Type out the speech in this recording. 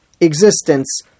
existence